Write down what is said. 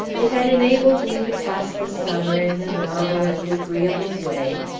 it had enabled me to pass the summer in a novel and agreeable way,